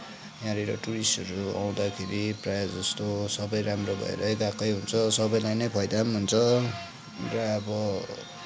यहाँनिर टुरिस्टहरू आउँदाखेरि प्रायः जस्तो सबै राम्रो भएरै गएकै हुन्छ सबैलाई नै फाइदा पनि हुन्छ र अब